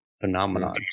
phenomenon